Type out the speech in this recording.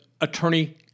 attorney